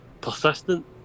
persistent